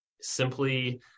simply